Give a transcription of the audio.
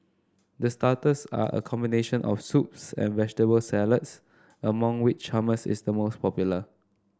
the starters are a combination of soups and vegetable salads among which hummus is the most popular